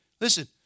Listen